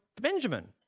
Benjamin